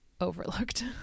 overlooked